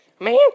Man